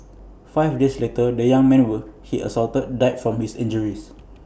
five days later the young man will he assaulted died from his injuries